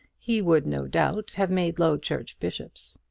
he would no doubt, have made low church bishops.